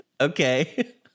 Okay